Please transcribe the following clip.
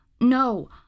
no